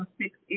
six